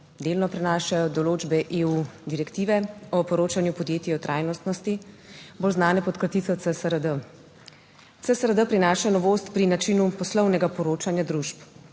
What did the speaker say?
delno prenašajo določbe direktive EU o poročanju podjetij o trajnostnosti, bolj znane pod kratico CSRD. CSRD prinaša novost pri načinu poslovnega poročanja družb.